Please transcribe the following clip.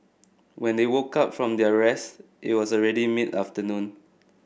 when they woke up from their rest it was already mid afternoon